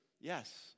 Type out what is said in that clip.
yes